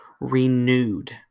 renewed